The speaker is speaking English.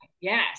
Yes